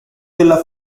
della